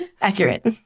Accurate